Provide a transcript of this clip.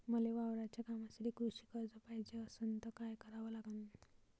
मले वावराच्या कामासाठी कृषी कर्ज पायजे असनं त काय कराव लागन?